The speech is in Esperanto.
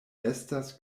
estas